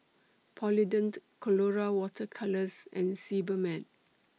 Polident Colora Water Colours and Sebamed